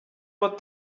what